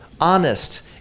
honest